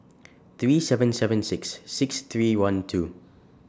three seven seven six six three one two